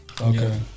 Okay